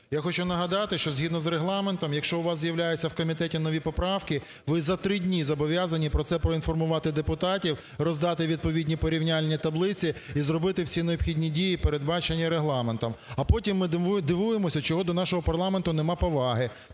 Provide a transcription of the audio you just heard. Я хочу нагадати, що згідно з Регламентом, якщо у вас з'являються у комітеті нові поправки, ви за три дні зобов'язані про це проінформувати депутатів, роздати відповідні порівняльні таблиці і зробити всі необхідні дії, передбачені Регламентом. А потім ми дивуємося, чому до нашого парламенту нема поваги,